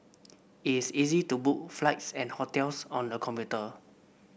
it is easy to book flights and hotels on the computer